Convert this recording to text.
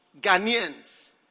Ghanaians